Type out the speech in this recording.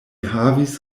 havis